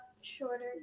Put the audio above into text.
shorter